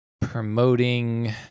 promoting